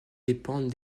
dépendent